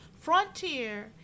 Frontier